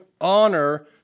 honor